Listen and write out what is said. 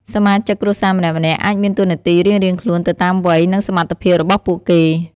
សមាជិកគ្រួសារម្នាក់ៗអាចមានតួនាទីរៀងៗខ្លួនទៅតាមវ័យ និងសមត្ថភាពរបស់ពួកគេ ។